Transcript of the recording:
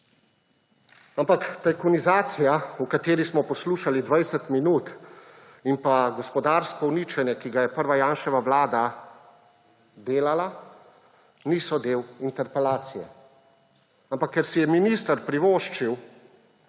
Ampak tajkunizacija, o kateri smo poslušali 20 minut, in gospodarsko uničenje, ki ga je prva Janševa vlada delala, niso del interpelacije. Ampak ker si je minister privoščil,